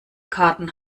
karten